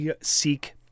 seek